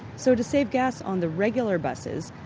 so to save gas on the regular buses,